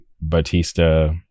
Batista